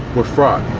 were fraud